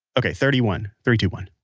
okay. thirty one. three, two, one